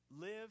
Live